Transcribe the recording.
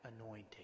anointing